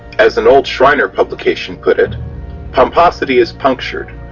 as an old shriner publication put it pomposity is punctured,